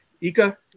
Ika